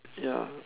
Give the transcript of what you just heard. ya